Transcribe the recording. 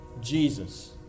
Jesus